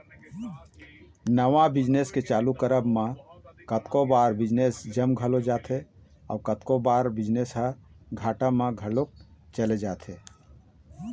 नवा बिजनेस के चालू करब म कतको बार बिजनेस जम घलोक जाथे अउ कतको बार बिजनेस ह घाटा म घलोक चले जाथे